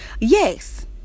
yes